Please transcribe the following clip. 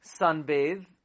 sunbathe